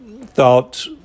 thought